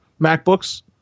MacBooks